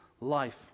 life